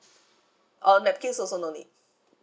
oh napkins also no need